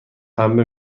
پنبه